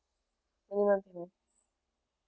any one payment